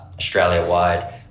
Australia-wide